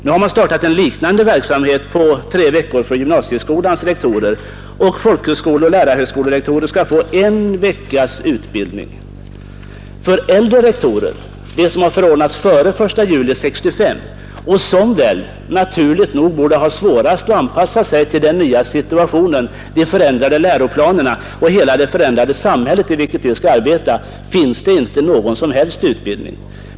Nu har man startat en liknande verksamhet på tre veckor för gymnasieskolans rektorer, och folkhögskoleoch lärarhögskolerektorer skall få en veckas utbildning. För äldre rektorer, som har förordnats före den 1 juli 1965 och som, naturligt nog, borde ha svårast att anpassa sig till den nya situationen, de förändrade läroplanerna och hela det förändrade samhället i vilket de skall arbeta, finns det inte någon som helst utbildning.